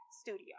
studio